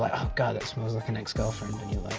like oh god, that smells like an ex-girlfriend,